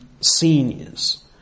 seniors